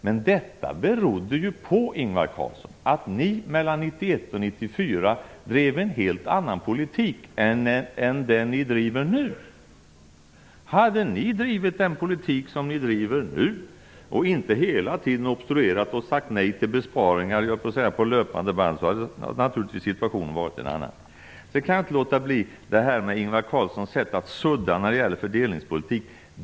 Men det berodde, Ingvar Carlsson, på att ni mellan 1991 och 1994 drev en helt annan politik än den ni nu driver. Hade ni då drivit den politik som ni nu driver och inte hela tiden hade obstruerat och sagt nej till besparingar på löpande band, skulle jag vilja säga, skulle situationen naturligtvis ha varit en annan. Jag kan inte låta bli att kommentera Ingvar Carlssons sätt att sudda när det gäller fördelningspolitik.